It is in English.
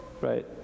right